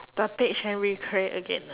the page and recreate again